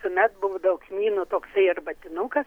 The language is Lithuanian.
tuomet buvo daug kmynų toksai arbatinukas